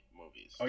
movies